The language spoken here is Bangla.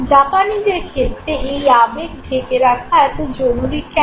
জাপানীদের ক্ষেত্রে এই আবেগ ঢেকে রাখা এত জরুরি কেন